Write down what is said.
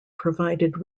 provided